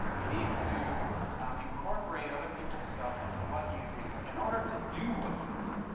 you need to incorporate other people's stuff into what you do in order to do what you do.